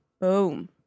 Boom